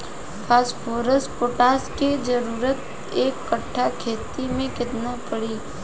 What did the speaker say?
Phosphorus potash के जरूरत एक कट्ठा खेत मे केतना पड़ी?